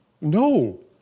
No